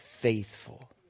faithful